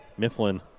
Mifflin